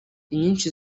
inyinshi